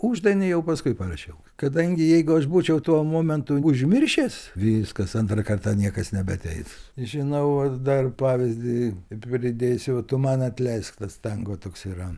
uždaviniui jau paskui parašiau kadangi jeigu aš būčiau tuo momentu užmiršęs viskas antrą kartą niekas nebeateis žinau aš dar pavyzdį pridėsiu o tu man atleisk tas tango toks yra